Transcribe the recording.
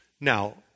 Now